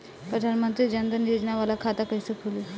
प्रधान मंत्री जन धन योजना वाला खाता कईसे खुली?